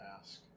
ask